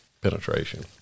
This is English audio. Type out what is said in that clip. penetration